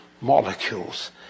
molecules